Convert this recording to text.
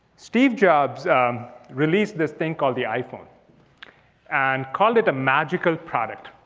steve jobs released this thing called the iphone and called it a magical product.